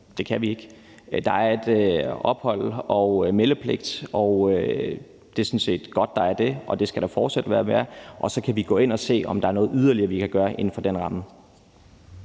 Det kan vi ikke. Der er en opholds- og meldepligt. Det er sådan set godt, der er det, og det skal der fortsat være. Så kan vi gå ind og se, om der er noget yderligere, vi kan gøre inden for den ramme.